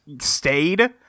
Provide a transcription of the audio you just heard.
stayed